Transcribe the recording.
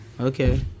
okay